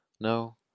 No